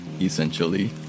essentially